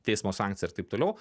teismo sankcija ir taip toliau